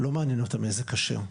לא מעניין אותם איזה כשר.